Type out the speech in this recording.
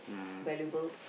valuable